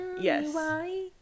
yes